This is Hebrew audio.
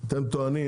אתם טוענים